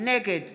נגד